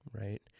Right